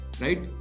right